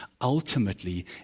ultimately